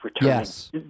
yes